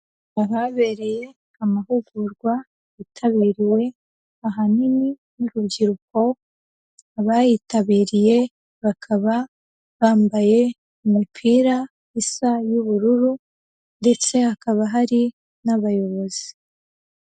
Ahabereye amahugurwa yitabiriwe ahanini n'urubyiruko, abayitabiriye bakaba bambaye imipira isa y'ubururu ndetse hakaba hari n'abayobozi.